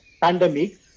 pandemic